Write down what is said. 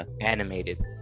animated